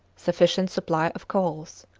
sufficient supply of coals.